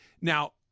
Now